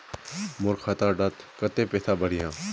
मोर खाता डात कत्ते पैसा बढ़ियाहा?